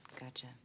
Gotcha